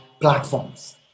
platforms